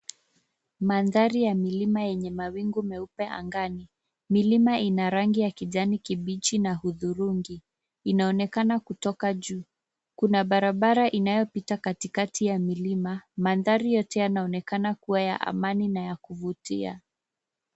Mandhari ya milima yenye mawingu meupe angani. Milima ina rangi ya kijani kibichi na udhurungi inaonekana kutoka juu. Kuna barabara inayopita katikati ya milima. Mandhari yote yanaonekana kuwa ya amani na ya kuvutia.